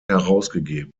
herausgegeben